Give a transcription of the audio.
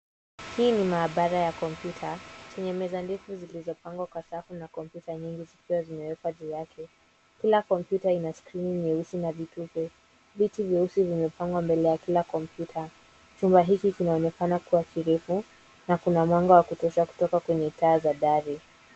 Hii maabara ya kompyuta. Kuna meza ndefu zilizopangwa kwa safu na kompyuta nyingi zikiwa zimewekwa juu yake. Kila kompyuta ina skrini nyeupe na vitufe. Viti vyeusi vimepangwa mbele ya kila kompyuta. Chumba hiki kinaonekana kuwa tulivu na kuna mwanga wa kutosha kutoka kwenye taa za dari.